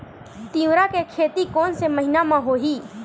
तीवरा के खेती कोन से महिना म होही?